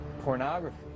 pornography